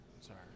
Sorry